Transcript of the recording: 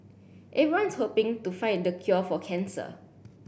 everyone's hoping to find the cure for cancer